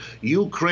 Ukraine